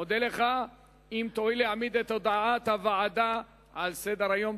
אודה לך אם תואיל להעמיד את הודעת הוועדה על סדר-היום.